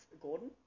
Gordon